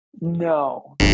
no